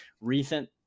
recent